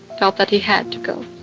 felt that he had to go